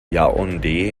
yaoundé